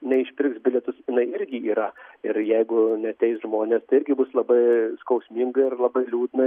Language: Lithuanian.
neišpirks bilietus irgi yra ir jeigu neateis žmonės tai irgi bus labai skausminga ir labai liūdna